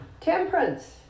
Temperance